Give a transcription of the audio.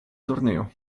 torneo